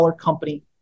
company